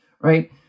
right